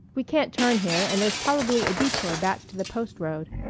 we can't turn here and there's probably a detour back to the post road.